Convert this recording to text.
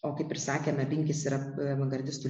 o kaip ir sakėme binkis yra avangardistų